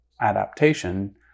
adaptation